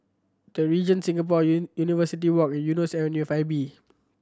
The Regent Singapore University Walk Eunos Avenue Five B